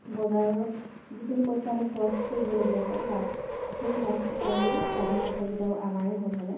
বজাৰত যিখিনি পইচা আমি খৰচ কৰিবলগীয়া হয় লাভ সেই লাভকেইটাৰো লাভৰ পইচাকেইটাও আমাৰে হ'ল হ'লে